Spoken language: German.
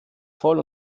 voll